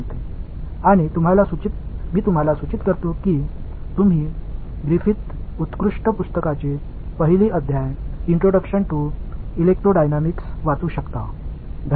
இது இந்த தொகுதியின் முடிவை குறிப்புகளாகக் கொண்டுவருகிறது ஒரு கிரிஃபித்ஸின் சிறந்த புத்தகமான இன்றோடக்ஷன் டு எலெக்ட்ரோடயனாமிக்ஸ் இன் அத்தியாயம் 1 ஐப் படிக்குமாறு நான் பரிந்துரைக்கிறேன்